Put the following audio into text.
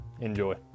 Enjoy